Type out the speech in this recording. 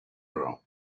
row